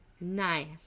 Nice